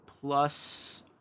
plus